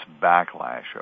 backlash